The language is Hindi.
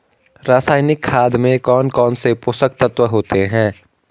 रासायनिक खाद में कौन कौन से पोषक तत्व होते हैं?